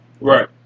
Right